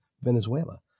venezuela